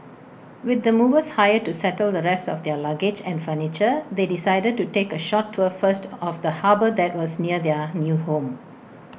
with the movers hired to settle the rest of their luggage and furniture they decided to take A short tour first of the harbour that was near their new home